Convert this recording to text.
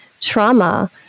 Trauma